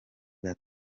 bwa